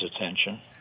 attention